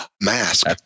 Mask